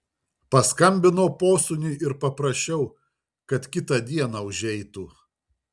paskambinau posūniui ir paprašiau kad kitą dieną užeitų